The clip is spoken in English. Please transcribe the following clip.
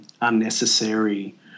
unnecessary